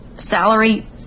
salary